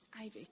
Ivy